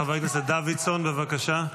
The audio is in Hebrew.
חבר הכנסת דוידסון, בבקשה.